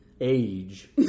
Age